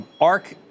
ARC